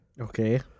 Okay